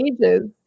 pages